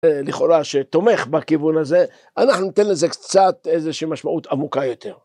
לכאורה שתומך בכיוון הזה, אנחנו ניתן לזה קצת איזושהי משמעות עמוקה יותר.